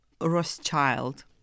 Rothschild